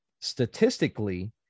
statistically